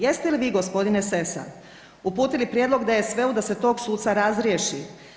Jeste li vi gospodine Sessa uputili prijedlog DSV-u da se tog suca razriješi?